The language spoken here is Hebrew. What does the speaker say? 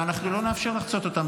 ואנחנו לא נאפשר לחצות אותם.